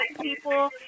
people